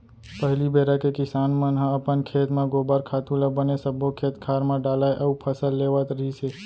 पहिली बेरा के किसान मन ह अपन खेत म गोबर खातू ल बने सब्बो खेत खार म डालय अउ फसल लेवत रिहिस हे